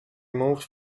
removed